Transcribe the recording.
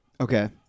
Okay